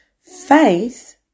Faith